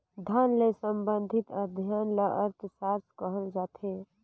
धन ले संबंधित अध्ययन ल अर्थसास्त्र कहल जाथे